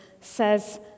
says